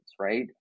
right